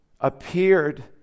appeared